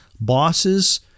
bosses